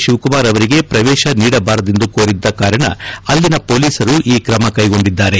ಶಿವಕುಮಾರ್ ಅವರಿಗೆ ಪ್ರವೇಶ ನೀಡಬಾರದೆಂದು ಕೋರಿದ್ದ ಕಾರಣ ಅಲ್ಲಿನ ಪೊಲೀಸರು ಈ ಕ್ರಮ ಕೈಗೊಂಡಿದ್ದಾರೆ